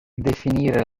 definire